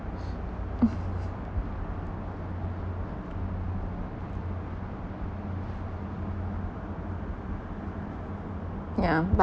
yeah